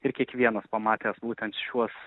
ir kiekvienas pamatęs būtent šiuos